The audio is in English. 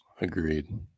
Agreed